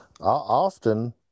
Often